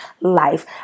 life